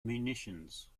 munitions